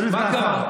מה קרה?